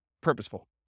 purposeful